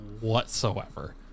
whatsoever